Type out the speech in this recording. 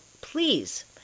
please